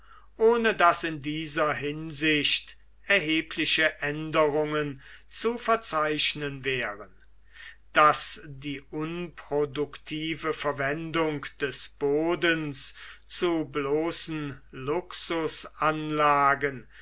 ohne daß in dieser hinsicht erhebliche änderungen zu verzeichnen wären daß die unproduktive verwendung des bodens zu bloßen luxusanlagen